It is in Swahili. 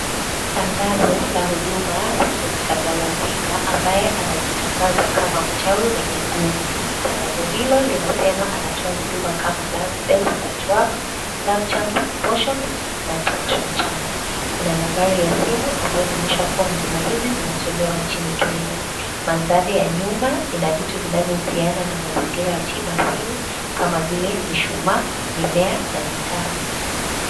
Tangazo la huduma za Doctor Galazinga ambaye anajitangaza kama mchawi mwenye nguvu. Tangazo hilo linasema anatoa huduma kama Love spells that work, love charms and portions na attraction charms . Kuna nambari ya simu ambayo inaonyesha kuwa huduma hizi zinatolewa nchini Kenya. Mandhari ya nyuma ina vitu vinavyohusiana na mazingira ya tiba asili kama vile mishumaa, mimea na vitabu.